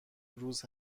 روز